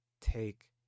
take